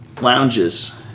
Lounges